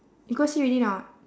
you go see already or not